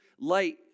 Light